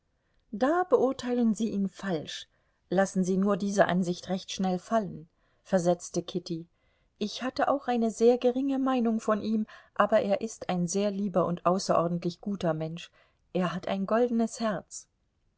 da beurteilen sie ihn falsch lassen sie nur diese ansicht recht schnell fallen versetzte kitty ich hatte auch eine sehr geringe meinung von ihm aber er ist ein sehr lieber und außerordentlich guter mensch er hat ein goldenes herz